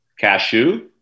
Cashew